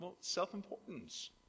self-importance